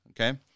Okay